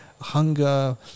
hunger